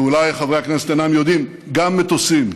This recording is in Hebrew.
ואולי חברי הכנסת אינם יודעים: גם מטוסים,